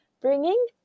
bringing